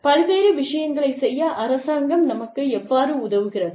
பல்வேறு விஷயங்களைச் செய்ய அரசாங்கம் நமக்கு எவ்வாறு உதவுகிறது